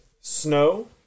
snow